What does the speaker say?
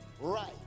right